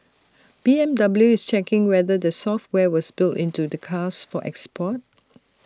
B M W is checking whether the software was built into the cars for export